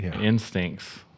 instincts